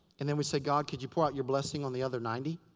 and then we say, god, could you pour out your blessing on the other ninety?